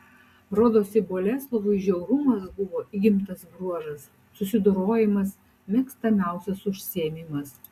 rodosi boleslovui žiaurumas buvo įgimtas bruožas susidorojimas mėgstamiausias užsiėmimas